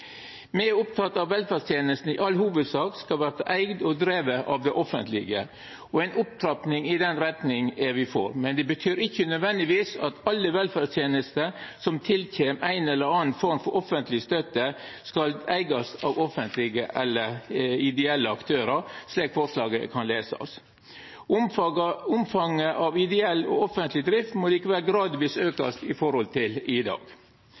Me er opptekne av at velferdstenestene i all hovudsak skal vera eigde og drivne av det offentlege, og ei opptrapping i den retninga er me for. Men det betyr ikkje nødvendigvis at alle velferdstenester som får ei eller anna form for offentleg støtte, skal eigast av offentlege eller ideelle aktørar, slik forslaget kan lesast. Omfanget av ideell og offentleg drift må likevel gradvis aukast i forhold til i dag.